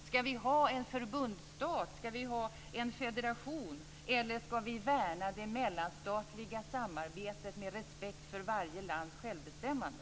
Ska vi ha en förbundsstat, ska vi ha en federation eller ska vi värna det mellanstatliga samarbetet med respekt för varje lands självbestämmande?